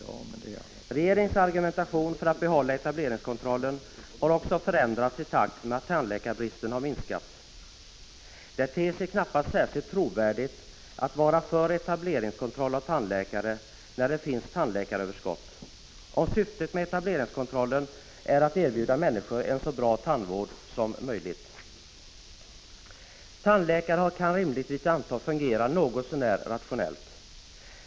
Regeringens argumentation för att behålla etableringskontrollen har också förändrats i takt med att tandläkarbristen har minskat. Men det ter sig knappast särskilt trovärdigt att vara för en etableringskontroll för tandläkare när det finns ett tandläkaröverskott — om syftet med etableringskontrollen är att erbjuda människor en så bra tandvård som möjligt. Tandläkare kan rimligtvis antas fungera något så när rationellt.